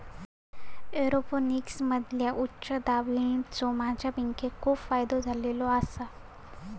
एरोपोनिक्समधील्या उच्च दाब युनिट्सचो माझ्या पिकांका खूप फायदो झालेलो आसा